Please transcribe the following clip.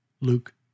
Luke